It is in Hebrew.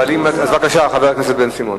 אז בבקשה, חבר הכנסת בן-סימון.